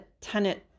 tenant